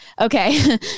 okay